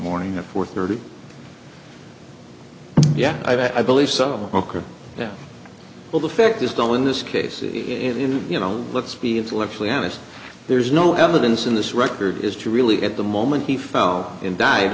morning at four thirty yeah i believe some okra now well the fact is done in this case is in you know let's be intellectually honest there's no evidence in this record is to really at the moment he fell in died